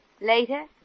Later